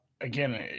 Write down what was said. again